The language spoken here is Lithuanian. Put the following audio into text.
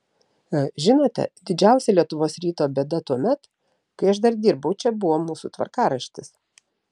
žinote didžiausia lietuvos ryto bėda tuomet kai aš dar dirbau čia buvo mūsų tvarkaraštis